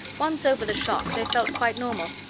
once over the shock, they felt quite normal.